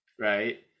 Right